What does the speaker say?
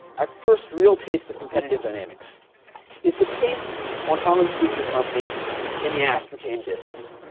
our first real taste of competitive dynamics is the case on holland sweetener company in the aspartame business.